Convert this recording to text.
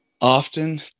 often